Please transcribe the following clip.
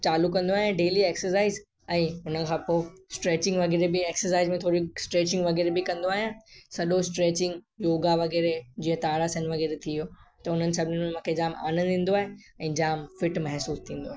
चालू कंदो आहियां डेली एक्सरसाइज ऐं उन खां पोइ स्ट्रैचिंग वग़ैरह बि एक्सरसाइज में थोरी स्ट्रैचिंग वग़ैरह बि कंदो आहियां सॼो स्ट्रैचिंग योगा वग़ैरह जीअं तारासन थी वियो त उन्हनि सभिनीनि में जामु आनंद ईंदो आहे ऐं जामु फिट महिसूसु थींदो आहे